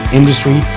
industry